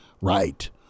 right